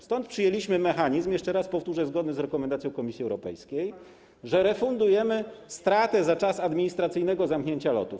Stąd przyjęliśmy mechanizm, jeszcze raz powtórzę, zgodny z rekomendacją Komisji Europejskiej, tj. refundujemy straty za czas administracyjnego zamknięcia lotów.